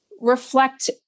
reflect